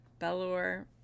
Belor